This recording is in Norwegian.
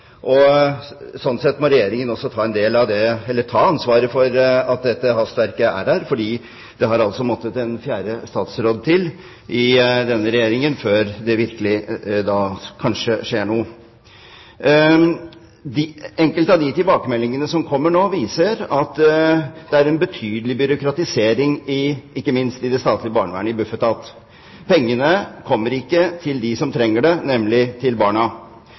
sett må også Regjeringen ta ansvaret for at man har hastverk. Det måtte altså til en fjerde barne- og familieminister i den rød-grønne regjeringen før det – kanskje – skjer noe. Enkelte av de tilbakemeldingene som kommer nå, viser at det er en betydelig byråkratisering, ikke minst i det statlige barnevernet, i Bufetat. Pengene kommer ikke til dem som trenger det, nemlig barna.